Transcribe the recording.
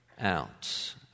out